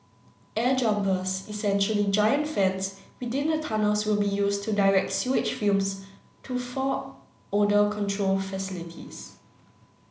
air jumpers essentially giant fans within the tunnels will be used to direct sewage fumes to four odour control facilities